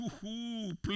Please